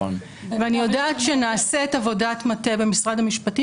ואני יודעת שנעשית עבודת מטה במשרד המשפטית